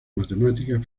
matemáticas